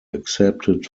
accepted